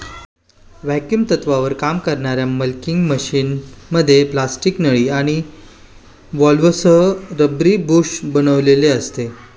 vacuum तत्त्वावर काम करणाऱ्या मिल्किंग मशिनमध्ये प्लास्टिकची नळी आणि व्हॉल्व्हसह रबरी बुश बसविलेले असते